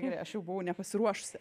gerai aš jau buvau nepasiruošusi